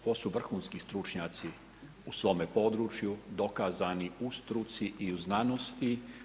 Ovo su vrhunski stručnjaci u svome području, dokazani u struci i u znanosti.